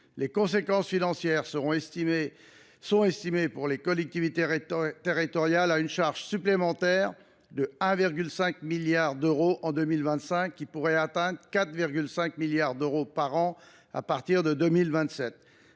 Les conséquences financières sont estimées, pour les collectivités territoriales, à une charge supplémentaire de 1,5 milliard d’euros en 2025, qui pourrait atteindre 4,5 milliards d’euros par an à partir de 2027.